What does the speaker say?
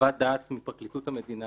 חוות דעת מפרקליטות המדינה